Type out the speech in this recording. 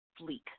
fleek